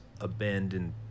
abandoned